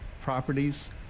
properties